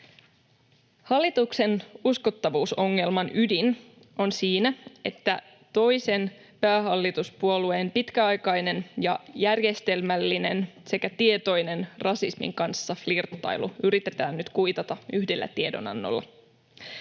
Hallituksen uskottavuusongelman ydin on siinä, että toisen päähallituspuolueen pitkäaikainen ja järjestelmällinen sekä tietoinen rasismin kanssa flirttailu yritetään nyt kuitata yhdellä tiedonannolla.